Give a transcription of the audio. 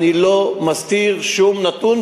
אני לא מסתיר שום נתון.